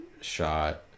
shot